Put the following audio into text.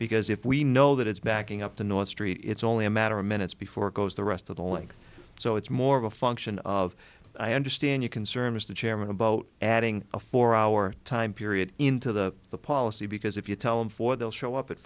because if we know that it's backing up the north street it's only a matter of minutes before it goes the rest of the league so it's more of a function of i understand you concern mr chairman about adding a four hour time period into the the policy because if you tell him four they'll show up at